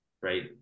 right